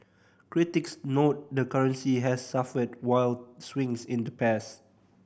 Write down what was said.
critics note the currency has suffered wild swings in the past